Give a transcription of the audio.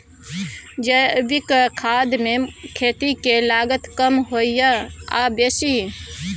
जैविक खाद मे खेती के लागत कम होय ये आ बेसी?